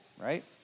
right